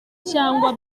cyangwa